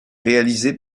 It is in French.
réalisée